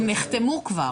נחתמו כבר.